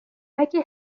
اگه